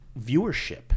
viewership